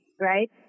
right